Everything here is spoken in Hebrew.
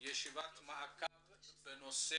ישיבת מעקב בנושא